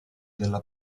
della